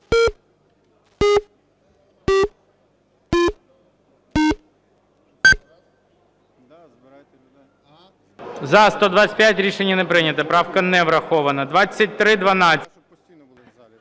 За-125 Рішення не прийнято. Правка не врахована. 2312.